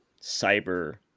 cyber